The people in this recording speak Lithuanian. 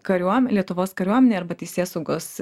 kariuom lietuvos kariuomenėje arba teisėsaugos